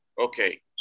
okay